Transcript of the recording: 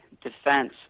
defense